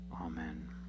Amen